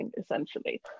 essentially